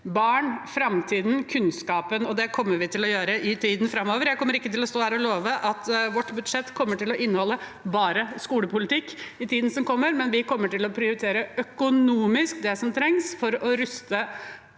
barn, framtiden og kunnskapen økonomisk, og det kommer vi til å gjøre i tiden framover. Jeg kommer ikke til å stå her og love at vårt budsjett kommer til å inneholde «bare» skolepolitikk i tiden som kommer, men økonomisk kommer vi til å prioritere det som trengs for å ruste